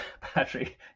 Patrick